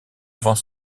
avant